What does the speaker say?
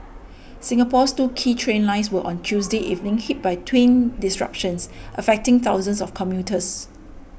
Singapore's two key train lines were on Tuesday evening hit by twin disruptions affecting thousands of commuters